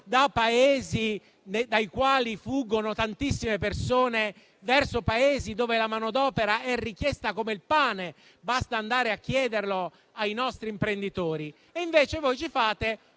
da Paesi dai quali fuggono tantissime persone verso Paesi dove la manodopera è richiesta come il pane; basta andare a chiederlo ai nostri imprenditori. Invece voi ci fate